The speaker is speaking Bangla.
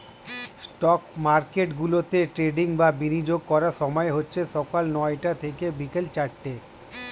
স্টক মার্কেটগুলোতে ট্রেডিং বা বিনিয়োগ করার সময় হচ্ছে সকাল নয়টা থেকে বিকেল চারটে